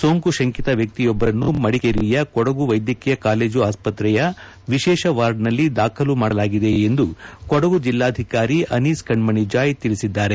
ಸೋಂಕು ಶಂಕಿತ ವ್ಯಕ್ತಿಯೊಬ್ಬರನ್ನು ಮಡಿಕೇರಿಯ ಕೊಡಗು ವೈದ್ಯಕೀಯ ಕಾಲೇಜು ಆಸ್ಪತ್ರೆಯ ವಿಶೇಷ ವಾರ್ಡ್ನಲ್ಲಿ ದಾಖಲು ಮಾಡಲಾಗಿದೆ ಎಂದು ಕೊಡಗು ಜಿಲ್ಲಾಧಿಕಾರಿ ಅನೀಸ್ ಕಣ್ಣಣಿ ಜಾಯ್ ತಿಳಿಸಿದ್ದಾರೆ